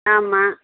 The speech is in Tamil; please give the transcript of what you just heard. ஆமாம்